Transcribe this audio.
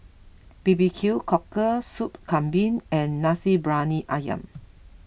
B B Q cockle Sop Kambing and Nasi Briyani Ayam